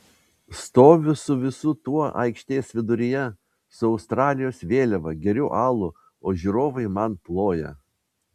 stoviu su visu tuo aikštės viduryje su australijos vėliava geriu alų o žiūrovai man ploja